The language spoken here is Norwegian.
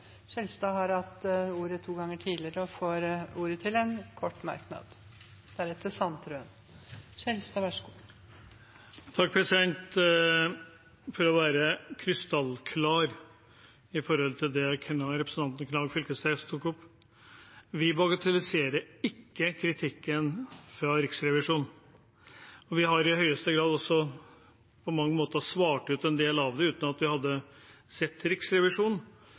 Skjelstad har hatt ordet to ganger tidligere og får ordet til en kort merknad, begrenset til 1 minutt. For å være krystallklar når det gjelder det representanten Knag Fylkesnes tok opp: Vi bagatelliserer ikke kritikken fra Riksrevisjonen. Vi hadde i høyeste grad også på mange måter besvart en del av det uten at vi hadde sett Riksrevisjonen,